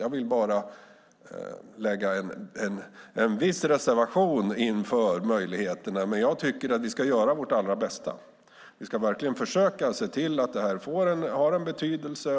Jag vill bara göra en viss reservation inför möjligheterna, men jag tycker att vi ska göra vårt allra bästa. Vi ska verkligen försöka se till att detta har en betydelse.